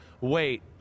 wait